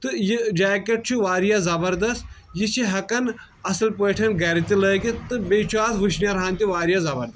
تہٕ یہِ جاکیٚٹ چھُ واریاہ زبَردست یہِ چھِ ہیٚکان اصٕل پاٹھۍ گٔرِ تہٕ لاگتھ تہٕ بیٚیہِ چھِ اتھ وُشنیرہن تہِ واریاہ زبردَست